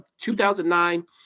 2009